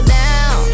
down